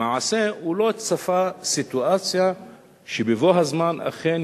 למעשה הוא לא צפה סיטואציה שבבוא הזמן אכן